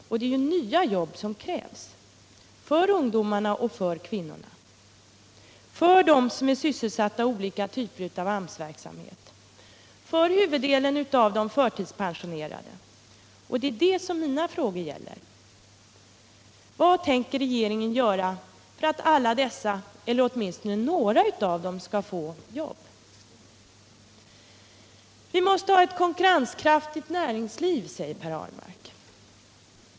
Och det är nya jobb som behövs — för ungdomarna, för kvinnorna, för dem som är sysselsatta i olika typer av AMS-verksamhet, för huvuddelen av de förtidspensionerade. Och det är det mina frågor gäller. Vad tänker regeringen göra för att alla dessa eller åtminstone några av dem skall få jobb? Vi måste ha ett konkurrenskraftigt näringsliv, säger Per Ahlmark.